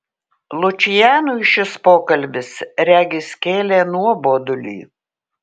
lučianui šis pokalbis regis kėlė nuobodulį